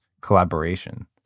collaboration